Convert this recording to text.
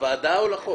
לוועדה או לחוק?